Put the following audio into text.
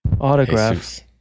Autographs